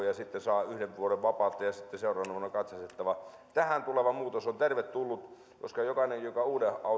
ja sitten saa yhden vuoden vapautta ja sitten seuraavana vuonna on katsastettava tähän tuleva muutos on tervetullut koska jokainen joka uuden